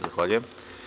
Zahvaljujem.